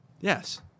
Yes